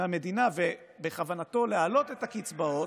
מהמדינה ובכוונתו להעלות את הקצבאות,